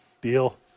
Deal